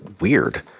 weird